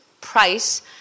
price